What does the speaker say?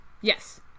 Yes